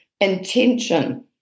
intention